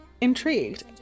intrigued